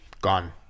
gone